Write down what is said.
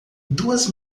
duas